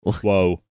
whoa